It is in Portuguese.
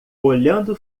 olhando